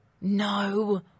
No